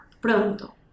pronto